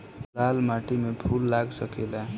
लाल माटी में फूल लाग सकेला?